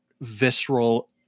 visceral